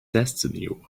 destiny